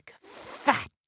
fat